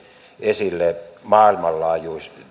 esille maailmanlaajuinen